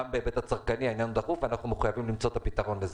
גם בהיבט הצרכני העניין דחוף ואנחנו מחויבים למצוא את הפתרון לזה.